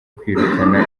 kwirukana